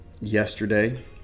yesterday